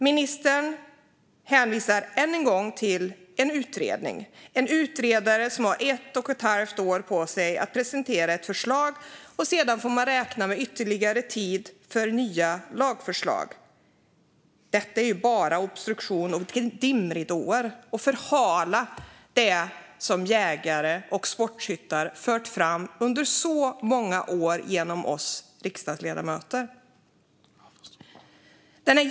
Ministern hänvisar än en gång till en utredning. Utredaren har ett och ett halvt år på sig att presentera ett förslag, och sedan får man räkna med ytterligare tid för nya lagförslag. Detta är ju bara obstruktion och dimridåer för att förhala det som jägare och sportskyttar fört fram under så många år genom oss riksdagsledamöter.